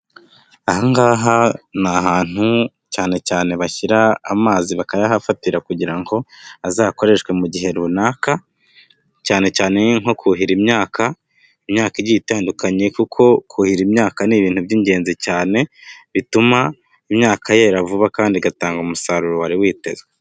Aha ngaha ni ahantu cyane cyane bashyira amazi bakayahafatira kugira ngo azakoreshwe mu gihe runaka, cyane cyane nko kuhira imyaka, imyaka igiye itandukanye kuko kuhira imyaka ni ibintu by'ingenzi cyane, bituma imyaka yera vuba kandi igatanga umusaruro wari witezwe.